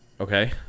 Okay